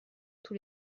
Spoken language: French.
tous